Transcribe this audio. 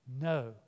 No